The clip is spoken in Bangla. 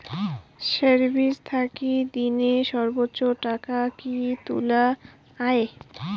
সেভিঙ্গস থাকি দিনে সর্বোচ্চ টাকা কি তুলা য়ায়?